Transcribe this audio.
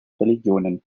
religionen